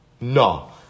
No